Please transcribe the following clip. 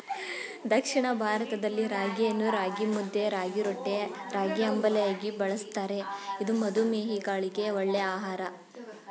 ದಕ್ಷಿಣ ಭಾರತದಲ್ಲಿ ರಾಗಿಯನ್ನು ರಾಗಿಮುದ್ದೆ, ರಾಗಿರೊಟ್ಟಿ, ರಾಗಿಅಂಬಲಿಯಾಗಿ ಬಳ್ಸತ್ತರೆ ಇದು ಮಧುಮೇಹಿಗಳಿಗೆ ಒಳ್ಳೆ ಆಹಾರ